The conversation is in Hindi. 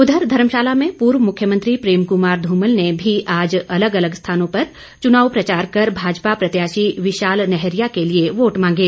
उधर धर्मशाला में पूर्व मुख्यमंत्री प्रेम कुमार धूमल ने भी आज अलग अलग स्थानों पर चुनाव प्रचार कर भाजपा प्रत्याशी विशाल नैहरिया के लिए वोट मांगे